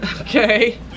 Okay